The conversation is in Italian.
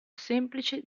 semplici